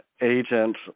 agent